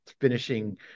finishing